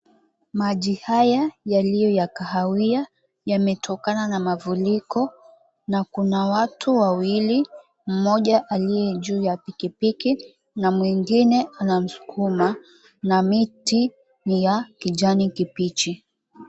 Maji haya yaliyo ya kahawia yametokana na mafuriko na kuna wawili mmoja aliye juu ya pikipiki na mwingi anamsukuma na miti ni ya kijani kibichi.